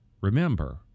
Remember